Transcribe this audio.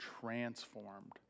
transformed